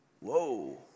Whoa